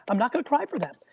i'm not gonna cry for that.